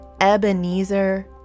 Ebenezer